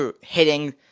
hitting